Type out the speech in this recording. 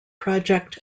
project